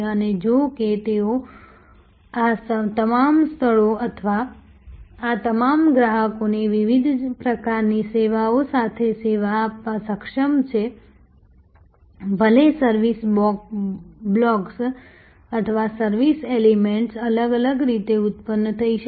અને જો કે તેઓ આ તમામ સ્થળો આ તમામ ગ્રાહકોને વિવિધ પ્રકારની સેવાઓ સાથે સેવા આપવા સક્ષમ છે ભલે સર્વિસ બ્લોક્સ અથવા સર્વિસ એલિમેન્ટ્સ અલગ અલગ રીતે ઉત્પન્ન થઈ શકે